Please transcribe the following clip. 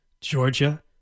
Georgia